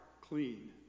clean